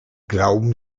glauben